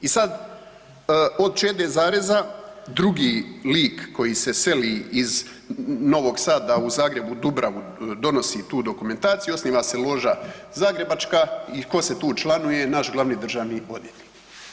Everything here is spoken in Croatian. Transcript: I sad od Čede zareza drugi lik koji se seli iz Novog Sada u Zagreb, u Dubravu donosi tu dokumentaciju osniva se loža zagrebačka i tko se tu učlanjuje, naš glavni državni odvjetnik.